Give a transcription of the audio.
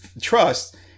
trust